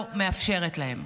לא מאפשרת להם.